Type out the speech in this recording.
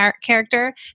character